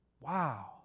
wow